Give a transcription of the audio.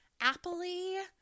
appley